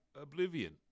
oblivion